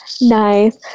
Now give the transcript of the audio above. Nice